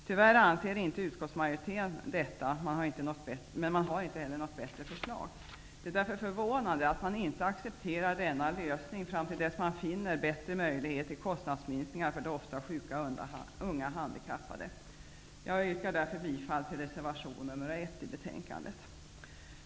Tyvärr anser inte utskottmajoriteten detta, men man har inte något bättre förslag. Det är därför förvånande att man inte accepterar denna lösning fram till dess man finner bättre möjlighet till kostnadsminskningar för de ofta sjuka unga handikappade. Fru talman! Jag yrkar bifall till reservation nr 1 till betänkandet.